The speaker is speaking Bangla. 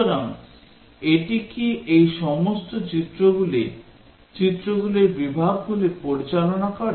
সুতরাং এটি কি এই সমস্ত চিত্রগুলি চিত্রগুলির বিভাগগুলি পরিচালনা করে